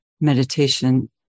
Meditation